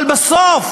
אבל בסוף,